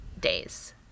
days